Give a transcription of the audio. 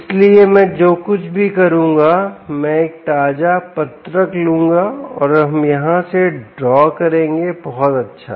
इसलिए मैं जो कुछ भी करूंगा मैं एक ताजा पत्रक लूंगा और हम यहां से ड्रॉ करेंगे बहुत अच्छा